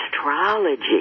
astrology